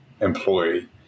employee